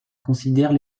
considèrent